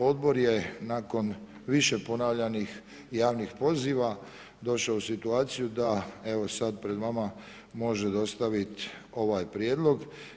Odbor je nakon više ponavljanih javnih poziva došao u situaciju da evo sad pred vama može dostavit ovaj prijedlog.